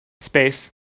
space